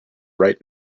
right